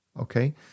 okay